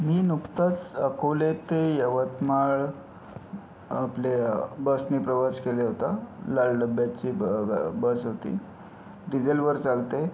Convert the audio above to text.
मी नुकतंच अकोले ते यवतमाळ आपल्या बसने प्रवास केला होता लाल डब्याची ब ब बस होती डिझेलवर चालते